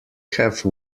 have